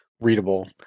readable